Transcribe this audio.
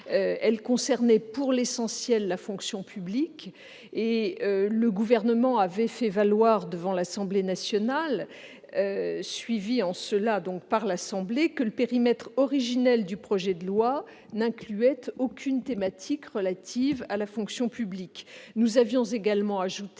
Elles concernaient pour l'essentiel la fonction publique. Le Gouvernement avait fait valoir, suivi en cela par l'Assemblée nationale, que le périmètre originel du projet de loi n'incluait aucune thématique relative à la fonction publique. Nous avions également ajouté